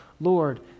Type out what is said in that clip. Lord